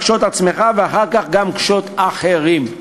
קשוט עצמך ואחר קשוט אחרים.